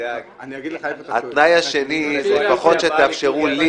והתנאי השני שלפחות תאפשרו לי